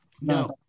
No